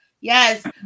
Yes